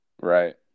right